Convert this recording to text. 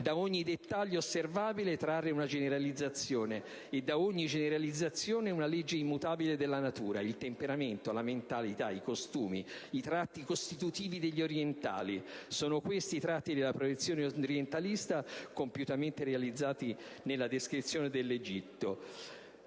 da ogni dettaglio osservabile trarre una generalizzazione e da ogni generalizzazione una legge immutabile della natura, il temperamento, la mentalità, i costumi, i tratti costitutivi degli orientali. Sono questi i tratti della proiezione orientalista compiutamente realizzati nella descrizione dell'Egitto».